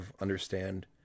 understand